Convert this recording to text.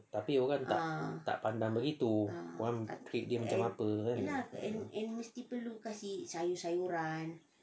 tapi orang tak tak pandang dia begitu orang treat dia macam apa